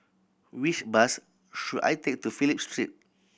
which bus should I take to Phillip Street